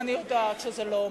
אני יודעת שזה לא מיוחד.